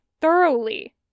thoroughly